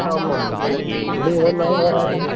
ஆமாங்க எப்படியும் ஓடுனாலும் ஓடாதுங்க